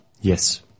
yes